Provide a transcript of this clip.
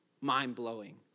mind-blowing